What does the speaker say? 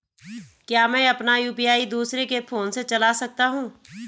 क्या मैं अपना यु.पी.आई दूसरे के फोन से चला सकता हूँ?